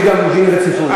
יש גם דין רציפות.